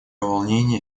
волнение